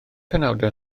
penawdau